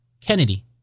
Kennedy